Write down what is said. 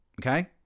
okay